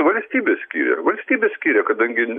valstybė skiria ir valstybė skiria kadangi